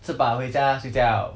吃饱回家睡觉